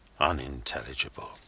unintelligible